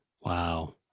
Wow